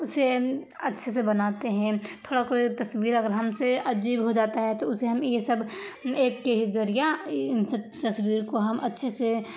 اسے اچھے سے بناتے ہیں تھوڑا کوئی تصویر اگر ہم سے عجیب ہو جاتا ہے تو اسے ہم یہ سب ایپ کے ہی ذریعہ ان سب تصویر کو ہم اچھے سے